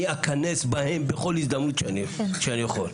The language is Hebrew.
אני אכנס בהם בכל הזדמנות שאני יכול.